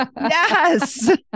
Yes